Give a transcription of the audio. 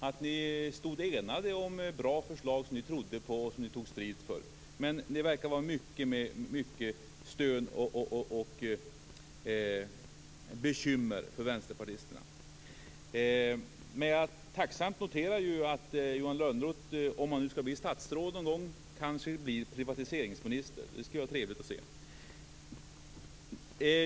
Jag trodde att ni stod enade bakom bra förslag som ni trodde på och som ni tog strid för. Men det verkar innebära mycket stön och bekymmer för vänsterpartisterna. Jag noterar tacksamt att Johan Lönnroth, om han nu blir statsråd någon gång, kanske blir privatiseringsminister. Det skulle vara trevligt att se.